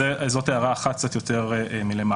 זאת הערה אחת קצת יותר מלמעלה.